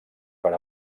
per